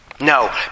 No